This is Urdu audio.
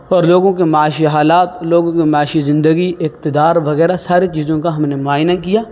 اور لوگوں کے معاشی حالات لوگوں کی معاشی زندگی اقتدار وغیرہ ساری چیزوں کا ہم نے معائنہ کیا